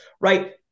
right